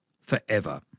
forever